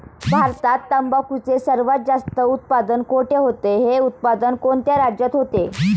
भारतात तंबाखूचे सर्वात जास्त उत्पादन कोठे होते? हे उत्पादन कोणत्या राज्यात होते?